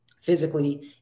physically